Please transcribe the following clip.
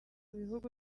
bihugu